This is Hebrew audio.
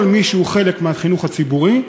כל מי שהוא חלק מהחינוך הציבורי,